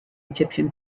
egyptian